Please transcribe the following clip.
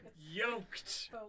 Yoked